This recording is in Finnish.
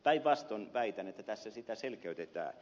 päinvastoin väitän että tässä sitä selkeytetään